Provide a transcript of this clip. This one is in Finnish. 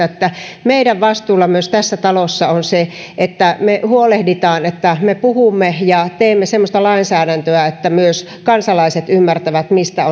että meidän vastuullamme tässä talossa on se että me huolehdimme siitä että me puhumme ja teemme semmoista lainsäädäntöä että myös kansalaiset ymmärtävät mistä